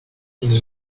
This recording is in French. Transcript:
ils